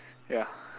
ya